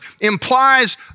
implies